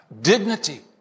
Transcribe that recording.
dignity